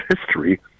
history